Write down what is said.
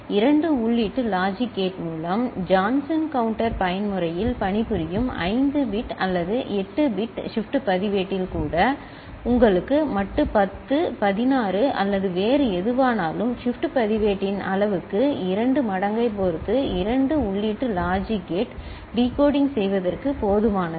இரண்டு உள்ளீட்டு logic gate மூலம் ஜான்சன் கவுண்ட்டர் பயன்முறையில் பணிபுரியும் 5 பிட் அல்லது 8 பிட் ஷிப்ட் பதிவேட்டில் கூட உங்களுக்கு மட்டு 10 16 அல்லது வேறு எதுவானாலும் ஷிப்ட் பதிவேட்டின் அளவுக்கு இரண்டு மடங்கை பொறுத்து 2 உள்ளீட்டு லாஜிக் கேட் டிகோடிங் செய்வதற்கு போதுமானது